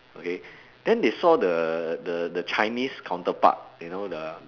okay then they saw the the the chinese counterpart you know the